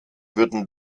würden